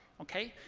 ok?